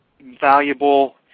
valuable